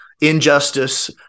injustice